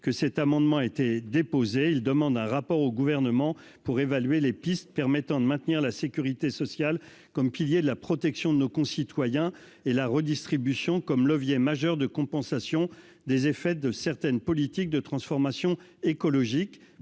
que cet amendement a été déposé, il demande un rapport au gouvernement pour évaluer les pistes permettant de maintenir la sécurité sociale comme pilier de la protection de nos concitoyens et la redistribution comme levier majeur de compensation des effets de certaines politiques de transformation écologique